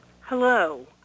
hello